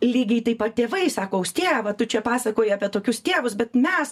lygiai taip pat tėvai sako austėja va tu čia pasakoji apie tokius tėvus bet mes